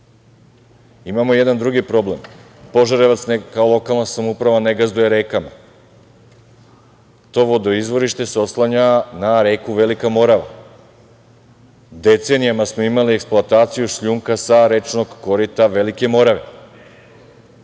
Imamo jedan drugi problem, Požarevac kao lokalna samouprava ne gazduje rekama, to vodoizvorište se oslanja na reku Velika Morava. Decenijama smo imali eksploataciju šljunka sa rečnog korita Velike Morave.